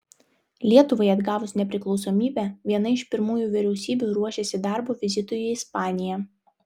lietuvai atgavus nepriklausomybę viena iš pirmųjų vyriausybių ruošėsi darbo vizitui į ispaniją